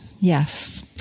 yes